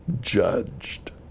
judged